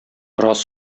рас